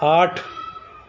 آٹھ